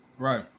Right